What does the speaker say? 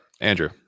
Andrew